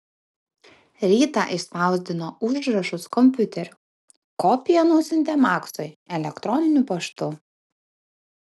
rytą išspausdino užrašus kompiuteriu kopiją nusiuntė maksui elektroniniu paštu